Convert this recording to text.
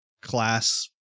class